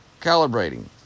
calibrating